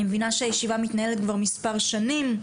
מבינה שהישיבה מתנהלת כבר מס' שנים.